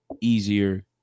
easier